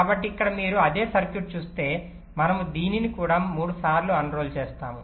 కాబట్టి ఇక్కడ మీరు అదే సర్క్యూట్ చూస్తే మనము దానిని 3 సార్లు అన్రోల్ చేసాము